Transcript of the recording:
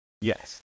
yes